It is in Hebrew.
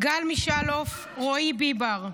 גל מישאלוף, רועי ביבר.